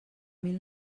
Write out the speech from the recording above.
mil